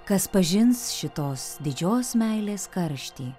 kas pažins šitos didžios meilės karštį